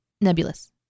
Nebulous